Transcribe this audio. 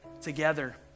together